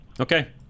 Okay